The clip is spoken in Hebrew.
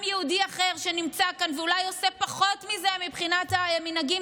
גם יהודי אחר שנמצא כאן ואולי עושה פחות מזה מבחינת המנהגים,